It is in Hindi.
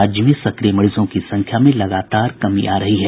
राज्य में सक्रिय मरीजों की संख्या में लगातार कमी आ रही है